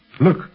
Look